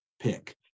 pick